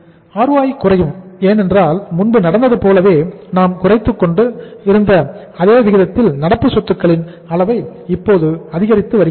ROI குறையும் ஏனென்றால் முன்பு நடந்தது போலவே நாம் குறைத்துக் கொண்டு இருந்த அதே விகிதத்தில் நடப்பு சத்துக்களின் அளவை இப்போது அதிகரித்து வருகிறோம்